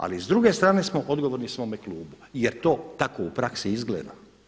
Ali s druge strane smo odgovorni svome klubu jer to tako u praksi izgleda.